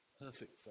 perfect